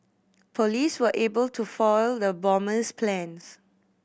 police were able to foil the bomber's plans